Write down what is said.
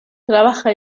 trabaja